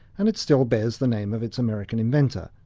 and it still bears the name of its american inventor,